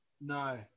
No